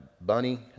Bunny